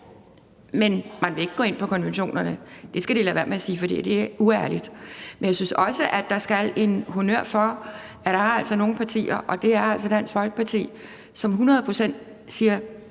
men ikke vil gå ind på konventionerne. Det skal de lade være med at sige, for det er uærligt. Men jeg synes også, at der skal gøres honnør for, at der er nogle partier, og det er altså Dansk Folkeparti, som hundrede